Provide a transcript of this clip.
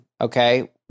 Okay